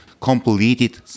completed